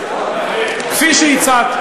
כפי שהצעת,